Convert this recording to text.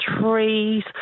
trees